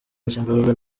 rusheshangoga